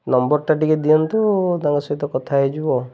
ନମ୍ବରଟା ଟିକେ ଦିଅନ୍ତୁ ତାଙ୍କ ସହିତ କଥା ହେଇଯିବୁ ଆଉ